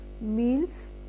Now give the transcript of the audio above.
meals